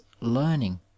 learning